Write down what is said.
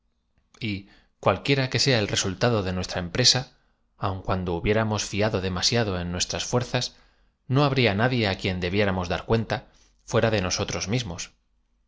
y cualquiera que sea el resultado de nuestra empresa aun cuando bubiéramos fiado demasiado en nuestras fuerzas no iiabria nadie á quien debiéramos dar cuenta fuera de nosotros mismos